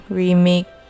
remake